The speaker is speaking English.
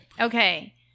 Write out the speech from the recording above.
Okay